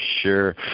Sure